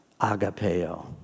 agapeo